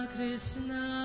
Krishna